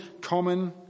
common